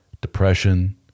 depression